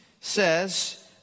says